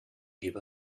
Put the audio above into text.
give